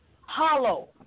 hollow